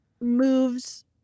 moves